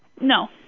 No